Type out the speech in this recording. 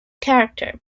character